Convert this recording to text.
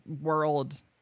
world